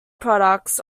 products